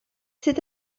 sydd